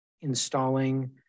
installing